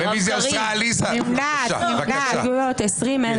זה קרה גם כשאת ישבת פה.